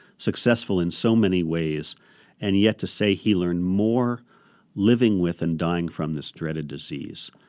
successful in so many ways and yet to say he learned more living with and dying from this dreaded disease.